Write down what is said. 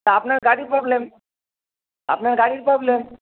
আপনার গাড়ির প্রবলেম আপনার গাড়ির প্রবলেম